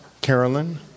Carolyn